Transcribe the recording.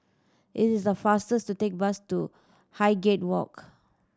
it is the faster to take bus to Highgate Walk